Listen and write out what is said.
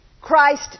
Christ